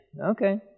Okay